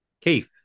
Keith